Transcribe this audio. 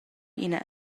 ina